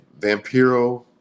Vampiro